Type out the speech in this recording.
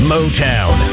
Motown